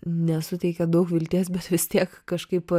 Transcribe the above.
nesuteikia daug vilties bet vis tiek kažkaip